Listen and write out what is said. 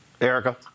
Erica